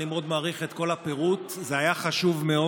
אני מאוד מעריך את כל הפירוט, זה היה חשוב מאוד.